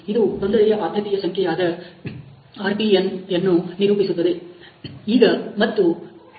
ಇದು ತೊಂದರೆಯ ಆದ್ಯತೆಯ ಸಂಖ್ಯೆಯಾದ Risk priority number ಯನ್ನು ನಿರೂಪಿಸುತ್ತದೆ